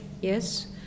yes